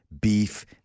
beef